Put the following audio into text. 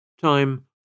Time